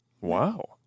Wow